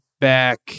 back